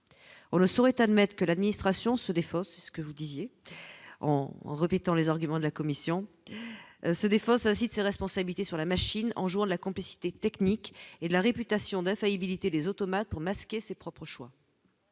on ne saurait admettent que l'administration se défausse, c'est ce que vous disiez en répétant les arguments de la commission se défausse ainsi de ses responsabilités sur la machine, un jour, la complicité technique et la réputation d'infaillibilité des automates pour masquer ses propres choix,